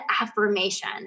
affirmation